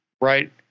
right